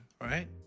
Right